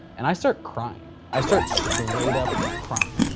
and i start crying. i start straight up crying.